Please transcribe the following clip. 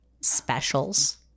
specials